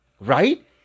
right